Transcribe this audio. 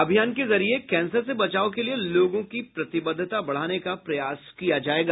अभियान के जरिये कैंसर से बचाव के लिए लोगों की प्रतिबद्धता बढ़ाने का प्रयास किया जाएगा